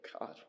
God